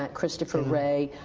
um christopher wray,